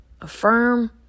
affirm